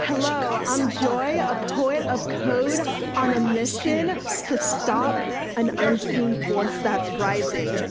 hello, i'm joy, a poet of code on a mission to stop an unseen force that's rising,